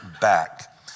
back